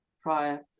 prior